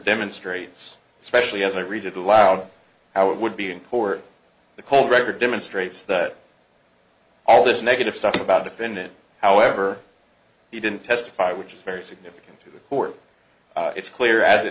demonstrates especially as i read it aloud how it would be in court the whole record demonstrates that all this negative stuff about a defendant however he didn't testify which is very significant to the court it's clear as